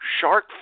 shark